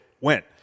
went